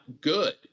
good